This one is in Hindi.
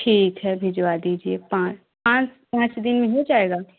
ठीक है भिजवा दीजिए पाँच पाँच पाँच दिन में हो जाएगा